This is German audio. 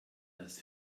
das